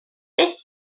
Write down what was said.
beth